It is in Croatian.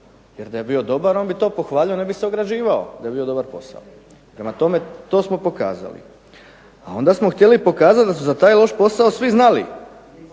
jer da je bio dobar, on bi to pohvalio, ne bi se ograđivao, da je bio dobar posao. Prema tome to smo pokazali. A onda smo htjeli pokazati da su za taj loš posao svi znali,